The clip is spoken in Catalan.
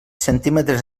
centímetres